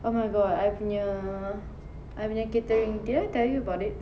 oh my god I punya I punya catering did I tell you about it